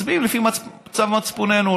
מצביעים לפי צו מצפוננו.